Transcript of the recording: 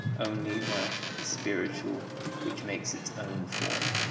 only that is spiritual which makes its own form.